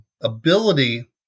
ability